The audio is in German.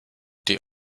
die